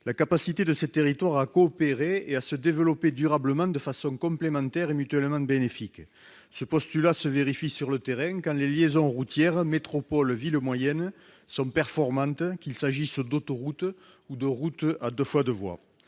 la capacité de ces derniers à coopérer et à se développer durablement de façon complémentaire et mutuellement bénéfique. Ce postulat se vérifie sur le terrain, quand les liaisons routières entre une métropole et les villes moyennes qui l'entourent sont performantes, qu'il s'agisse d'autoroutes ou de routes à 2x2 voies.,